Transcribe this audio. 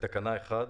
בתקנה 1,